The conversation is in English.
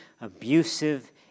abusive